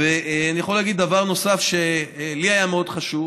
ואני יכול להגיד דבר נוסף, שלי היה מאוד חשוב,